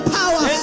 power